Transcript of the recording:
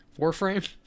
warframe